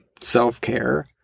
self-care